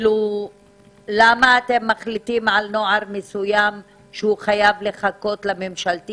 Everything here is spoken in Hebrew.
למה אתם מחליטים על נוער מסוים שהוא חייב לחכות לממשלתי?